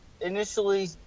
initially